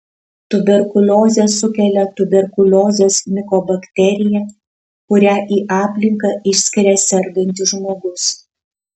tuberkuliozę sukelia tuberkuliozės mikobakterija kurią į aplinką išskiria sergantis žmogus